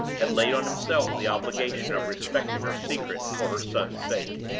had laid on himself the obligation of respecting her secret for her son's sake!